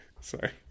Sorry